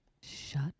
Shut